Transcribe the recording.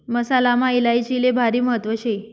मसालामा इलायचीले भारी महत्त्व शे